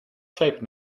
shaped